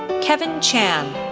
kevin chan,